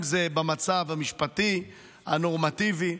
אם זה במצב המשפטי הנורמטיבי,